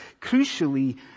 crucially